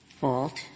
fault